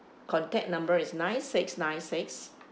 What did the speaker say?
contact number is nine six nine six